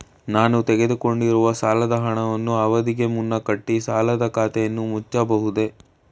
ನಾನು ತೆಗೆದುಕೊಂಡಿರುವ ಸಾಲದ ಹಣವನ್ನು ಅವಧಿಗೆ ಮುನ್ನ ಕಟ್ಟಿ ಸಾಲದ ಖಾತೆಯನ್ನು ಮುಚ್ಚಬಹುದೇ?